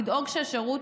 לדאוג שהשירות